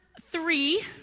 Three